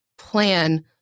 Plan